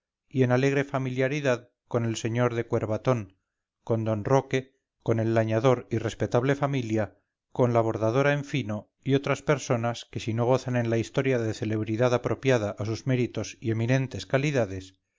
y en alegre familiaridad con el sr de cuervatón con d roque con el lañador y respetable familia con la bordadora en fino y otras personas que si no gozan en la historia de celebridad apropiada a sus méritos y eminentes calidades